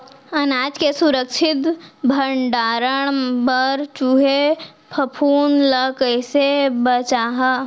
अनाज के सुरक्षित भण्डारण बर चूहे, फफूंद ले कैसे बचाहा?